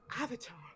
Avatar